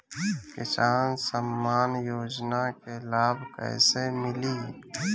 किसान सम्मान योजना के लाभ कैसे मिली?